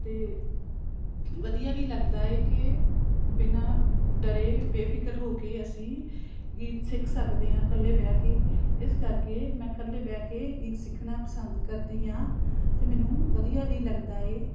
ਅਤੇ ਵਧੀਆ ਵੀ ਲੱਗਦਾ ਹੈ ਕਿ ਬਿਨਾਂ ਡਰੇ ਬੇਫਿਕਰ ਹੋ ਕੇ ਅਸੀਂ ਗੀਤ ਸਿੱਖ ਸਕਦੇ ਹਾਂ ਇਕੱਲੇ ਬਹਿ ਕੇ ਇਸ ਕਰਕੇ ਮੈਂ ਇਕੱਲੇ ਬਹਿ ਕੇ ਗੀਤ ਸਿੱਖਣਾ ਪਸੰਦ ਕਰਦੀ ਹਾਂ ਅਤੇ ਮੈਨੂੰ ਵਧੀਆ ਵੀ ਲੱਗਦਾ ਇਹ